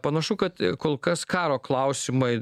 panašu kad kol kas karo klausimai